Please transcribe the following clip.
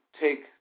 take